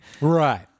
Right